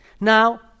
Now